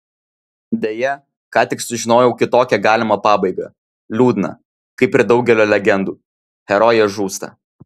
deja ką tik sužinojau kitokią galimą pabaigą liūdną kaip ir daugelio legendų herojė žūsta